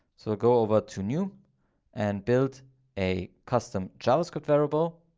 so go over to new and build a custom javascript variable,